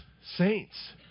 saints